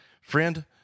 Friend